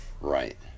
Right